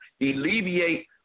alleviate